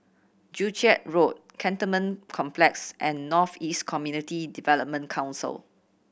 Joo Chiat Road Cantonment Complex and North East Community Development Council